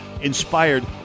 inspired